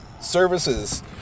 services